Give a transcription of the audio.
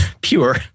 pure